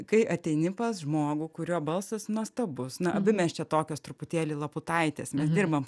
kai ateini pas žmogų kurio balsas nuostabus na abi mes čia tokios truputėlį laputaitės mes dirbam